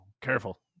careful